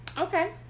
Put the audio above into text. okay